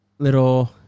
Little